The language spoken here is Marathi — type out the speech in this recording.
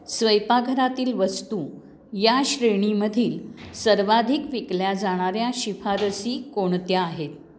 स्वयंपाकघरातील वस्तू या श्रेणीमधील सर्वाधिक विकल्या जाणाऱ्या शिफारसी कोणत्या आहेत